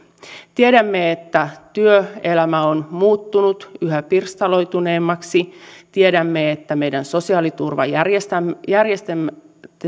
tiedämme että työelämä on muuttunut yhä pirstaloituneemmaksi tiedämme että meidän sosiaaliturvajärjestelmämme